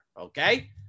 Okay